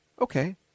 okay